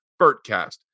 Bertcast